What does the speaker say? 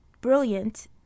Brilliant